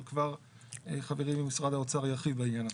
כבר חברי ממשרד האוצר ירחיב בעניין הזה.